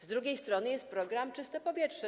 Z drugiej strony mamy program „Czyste powietrze”